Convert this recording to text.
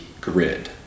grid